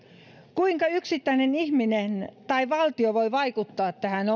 kuinka yksittäinen ihminen tai valtio voi vaikuttaa tähän